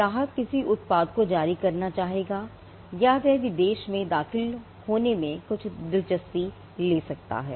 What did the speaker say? ग्राहक किसी उत्पाद को जारी करना चाहेगा या वह विदेश में दाखिल करने में कुछ दिलचस्पी ले सकता है